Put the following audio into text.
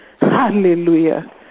Hallelujah